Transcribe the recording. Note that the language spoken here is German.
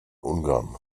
ungarn